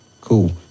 Cool